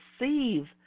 receive